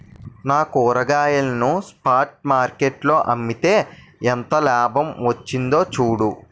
నా కూరగాయలను spot market లో అమ్మితే ఎంత లాభం వచ్చిందో చూడు